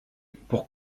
pour